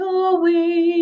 away